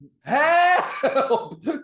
Help